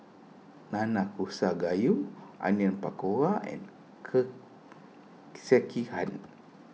Nanakusa Gayu Onion Pakora and Sekihan